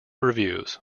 reviews